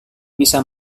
bisa